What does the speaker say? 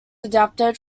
adapted